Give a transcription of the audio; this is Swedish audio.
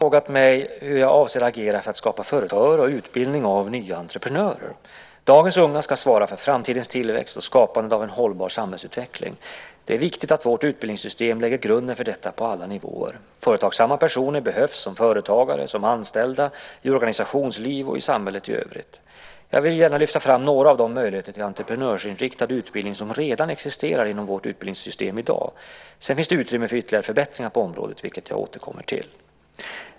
Fru talman! Berit Högman har frågat mig hur jag avser att agera för att skapa förutsättningar för och utbildning av nya entreprenörer. Dagens unga ska svara för framtidens tillväxt och skapande av en hållbar samhällsutveckling. Det är viktigt att vårt utbildningssystem lägger grunden för detta på alla nivåer. Företagsamma personer behövs som företagare, som anställda, i organisationslivet och i samhället i övrigt. Jag vill gärna lyfta fram några av de möjligheter till entreprenörskapsinriktad utbildning som redan existerar inom vårt utbildningssystem i dag. Sedan finns det utrymme för ytterligare förbättringar på området, vilket jag återkommer till.